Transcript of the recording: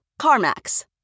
CarMax